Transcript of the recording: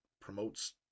promotes